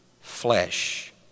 flesh